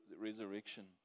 resurrection